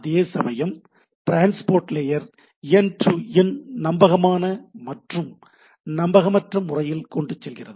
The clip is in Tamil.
அதேசமயம் transport layer end to end நம்பகமான மற்றும் நம்பகமற்ற முறையில் கொண்டு செல்கிறது